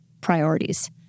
priorities